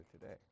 today